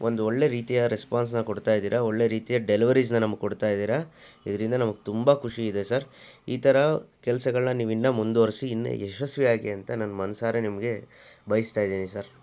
ಒಂದು ಒಳ್ಳೆಯ ರೀತಿಯ ರೆಸ್ಪಾನ್ಸನ್ನ ಕೊಡ್ತಾ ಇದ್ದೀರಾ ಒಳ್ಳೆಯ ರೀತಿಯ ಡೆಲಿವರೀಸನ್ನ ನಮಗೆ ಕೊಡ್ತಾ ಇದ್ದೀರಾ ಇದರಿಂದ ನಮಗೆ ತುಂಬ ಖುಷಿ ಇದೆ ಸರ್ ಈ ಥರ ಕೆಲಸಗಳ್ನ ನೀವು ಇನ್ನೂ ಮುಂದುವರಿಸಿ ಇನ್ನೂ ಯಶಸ್ವಿಯಾಗಿ ಅಂತ ನಾನು ಮನಸಾರೆ ನಿಮಗೆ ಬಯಸ್ತಾ ಇದ್ದೀನಿ ಸರ್